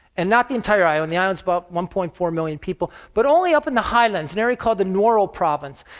and not the entire island, the island is about one point four million people, but only up in the highlands, an area called the nuoro province.